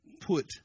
put